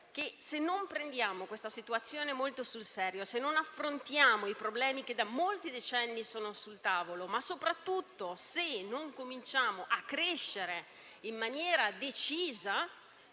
se non prendiamo questa situazione molto sul serio, se non affrontiamo i problemi che da molti decenni sono sul tavolo, ma soprattutto se non cominciamo a crescere in maniera decisa,